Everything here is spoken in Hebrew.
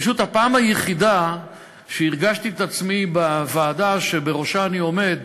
פשוט הפעם היחידה שהרגשתי את עצמי בוועדה שבראשה אני עומד